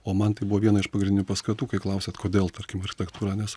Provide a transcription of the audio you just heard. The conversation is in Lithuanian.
o man tai buvo viena iš pagrindinių paskatų kai klausiat kodėl tarkim architektūra nes